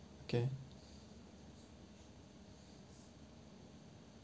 okay